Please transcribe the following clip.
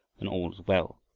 then all was well,